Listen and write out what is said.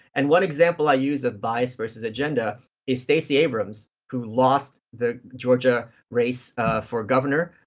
and one example i use of bias versus agenda is stacey abrams, who lost the georgia race for governor